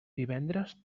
divendres